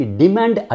demand